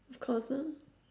of course ah